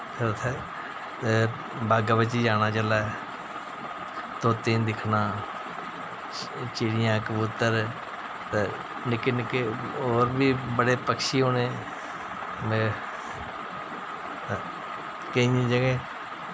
होर उत्थें बाग्गै बिच्च जाना जिसलै तोतें गी दिक्खना चिड़ियां कबूतर ते निक्के निक्के होर बी बड़े पक्षी होने ते केइयें जगह्